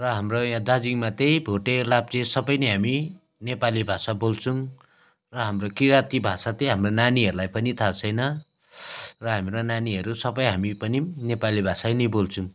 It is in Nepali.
र हाम्रो यहाँ दार्जिलिङमा चाहिँ भोटे लाप्चे सबै नै हामी नेपाली भाषा बोल्छौँ र हाम्रो किराँती भाषा चाहिँ हाम्रो नानीहरूलाई पनि थाहा छैन र हाम्रो नानीहरू सबै हामी पनि नेपाली भाषा नै बोल्छौँ